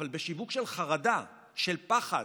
אבל בשיווק של חרדה, של פחד,